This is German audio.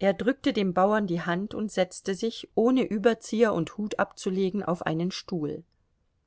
er drückte dem bauern die hand und setzte sich ohne überzieher und hut abzulegen auf einen stuhl